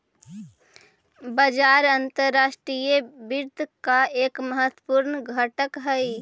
बाजार अंतर्राष्ट्रीय वित्त का एक महत्वपूर्ण घटक हई